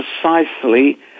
precisely